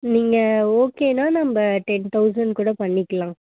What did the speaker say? நீங்கள் ஓகேன்னால் நம்ப டென் தௌசண்ட் கூட பண்ணிக்கலாம்